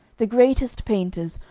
the greatest painters,